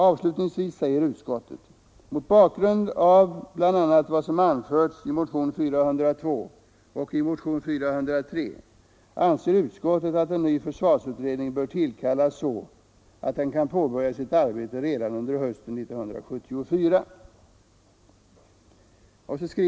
Avslutningsvis säger utskottet: ”Mot bakgrund bl.a. av vad som har anförts i motionerna 1974:402 och 1974:403 anser utskottet att en ny försvarsutredning bör tillkallas så att den kan påbörja sitt arbete redan under hösten 1974.